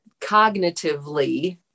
cognitively